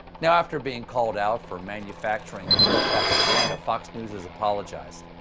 now, after being called out for manufacturing pure propaganda, fox news has apologized.